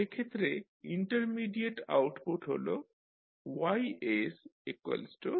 সেক্ষেত্রে intermediate output হল YsFsX